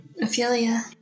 Ophelia